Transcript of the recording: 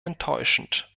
enttäuschend